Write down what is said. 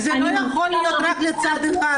זה לא יכול להיות רק לצד אחד.